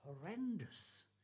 Horrendous